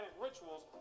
rituals